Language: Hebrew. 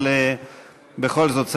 אבל בכל זאת,